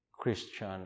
Christian